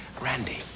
Randy